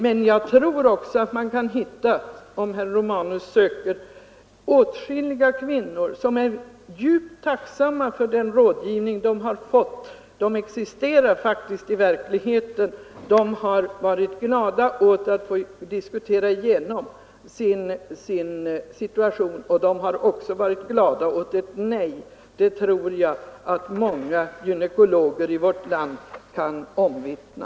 Men jag tror också att herr Romanus, om han söker, skall kunna träffa åtskilliga kvinnor som är djupt tacksamma för den rådgivning de fått. Sådana kvinnor existerar faktiskt i verkligheten. De har varit glada för att de fått diskutera igenom sin situation, och de har också varit glada åt ett nej. Det tror jag att många gynekologer i vårt land kan omvittna.